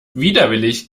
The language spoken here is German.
widerwillig